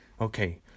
Okay